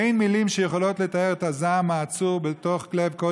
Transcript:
אין מילים שיכולות לתאר את הזעם האצור בתוך לב כל